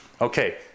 okay